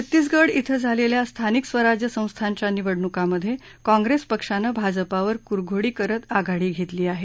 छत्तीसगड श्वें झालेल्या स्थानिक स्वराज्य संस्थांच्या निवडणुकांमधे काँग्रेस पक्षानं भाजपावर कुरघोडी करत आघाडी घेतली आहे